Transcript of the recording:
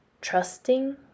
trusting